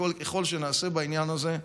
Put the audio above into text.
ככל שנעשה יותר בעניין הזה,